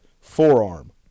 forearm